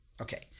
Okay